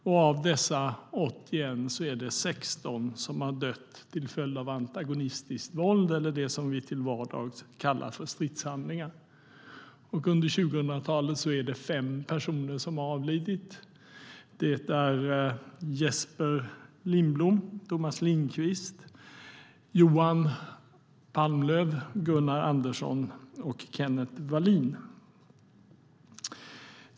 Och av dessa 81 är det 16 som har dött till följd av antagonistiskt våld - det som vi till vardags kallar stridshandlingar. Under 2000-talet är det fem personer som har avlidit. Det är Jesper Lindblom, Tomas Bergqvist, Johan Palmlöv, Gunnar Andersson och Kenneth Wallin.